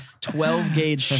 12-gauge